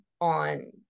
on